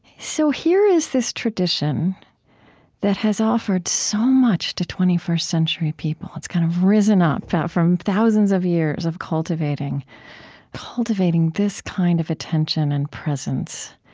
so here is this tradition that has offered so much to twenty first century people it's kind of risen up from thousands of years of cultivating cultivating this kind of attention and presence.